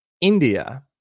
India